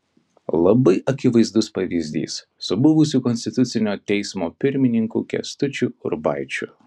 labai akivaizdus pavyzdys su buvusiu konstitucinio teismo pirmininku kęstučiu urbaičiu